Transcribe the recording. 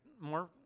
more